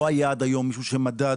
לא היה עד היום מישהו שמדד